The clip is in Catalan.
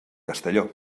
castelló